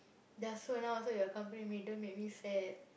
ya so now so you're accompanying don't make sad